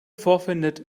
vorfindet